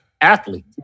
athlete